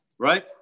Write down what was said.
Right